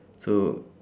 so